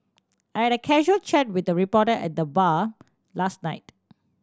I had a casual chat with a reporter at the bar last night